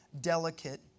delicate